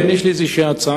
יש לי איזו הצעה.